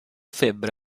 febbre